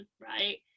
right